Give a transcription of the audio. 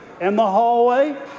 and the hallway?